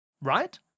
right